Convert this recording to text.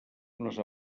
unes